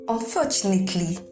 Unfortunately